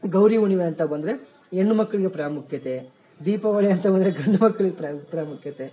ಗೌರೀ ಹುಣ್ಣಿವೆ ಅಂತ ಬಂದರೆ ಹೆಣ್ಣ್ ಮಕ್ಕಳಿಗೆ ಪ್ರಾಮುಖ್ಯತೆ ದೀಪಾವಳಿ ಅಂತ ಬಂದರೆ ಗಂಡು ಮಕ್ಳಿಗೆ ಪ್ರಾಮು ಪ್ರಾಮುಖ್ಯತೆ